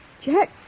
Jack